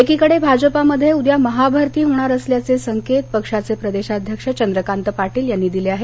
एकीकडे भाजपमध्ये उद्या महाभरती होणार असल्याचे संकेत पक्षाचे प्रदेशाध्यक्ष चंद्रकांत पाटील यांनी दिले आहेत